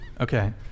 Okay